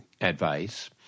advice